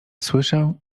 słyszę